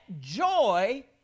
joy